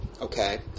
okay